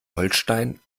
holstein